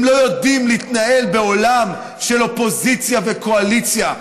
הם לא יודעים להתנהל בעולם של אופוזיציה וקואליציה,